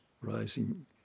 rising